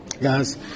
guys